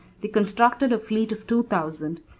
they constructed a fleet of two thousand,